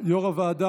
לא צריך,